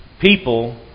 people